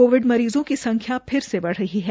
Covid मरीजों की संख्या फिर से बढ़ रही है